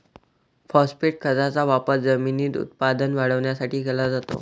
phosphate खताचा वापर जमिनीत उत्पादन वाढवण्यासाठी केला जातो